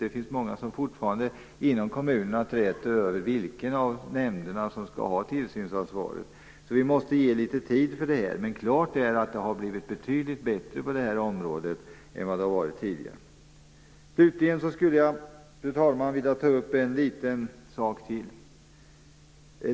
Det finns många inom kommunerna som fortfarande träter om vilken av nämnderna som skall ha tillsynsansvaret. Vi måste ge dem litet tid för det här. Men klart är att det har blivit betydligt bättre på det här området än det har varit tidigare. Slutligen skulle jag, fru talman, vilja ta upp en liten sak till.